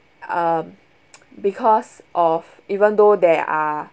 uh because of even though there are